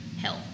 health